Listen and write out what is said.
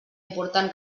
important